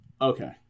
Okay